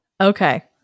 Okay